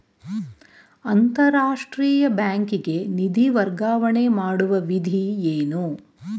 ಅಂತಾರಾಷ್ಟ್ರೀಯ ಬ್ಯಾಂಕಿಗೆ ನಿಧಿ ವರ್ಗಾವಣೆ ಮಾಡುವ ವಿಧಿ ಏನು?